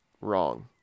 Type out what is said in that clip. wrong